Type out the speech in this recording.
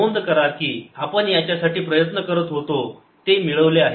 नोंद करा की आपण याच्या साठी प्रयत्न करत होतो ते मिळवले आहे